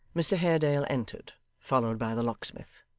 mr haredale entered, followed by the locksmith.